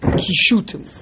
kishutim